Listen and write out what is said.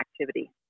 activity